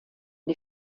die